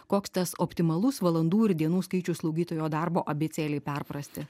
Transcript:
koks tas optimalus valandų ir dienų skaičius slaugytojo darbo abėcėlei perprasti